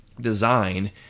design